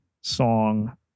song